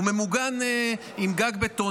והוא ממוגן עם גג בטון.